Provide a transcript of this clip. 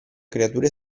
creature